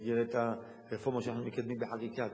במסגרת הרפורמה שאנחנו מקדמים בחקיקה,